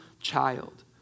child